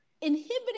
inhibiting